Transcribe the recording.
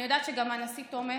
אני יודעת שגם הנשיא תומך,